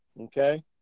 Okay